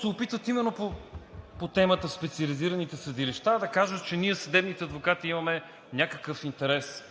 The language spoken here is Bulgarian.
се опитват, именно по темата за специализираните съдилища да кажат, че ние съдебните адвокати имаме някакъв интерес.